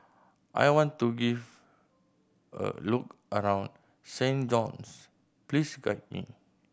I want to give a look around Saint John's please guide me